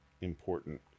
important